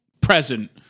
present